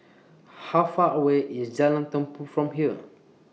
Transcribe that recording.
How Far away IS Jalan Tumpu from here